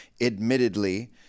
admittedly